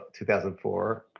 2004